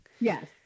Yes